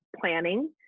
planning